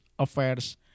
affairs